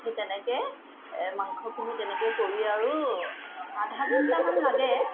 সেই তেনেকৈ মাংসখিনি তেনেকৈ কৰি আৰু আধাঘণ্টামান লাগে